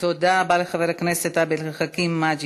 תודה רבה לחבר הכנסת עבד אל חכים חאג'